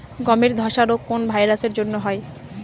গমের ধসা রোগ কোন ভাইরাস এর জন্য হয়?